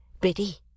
Biddy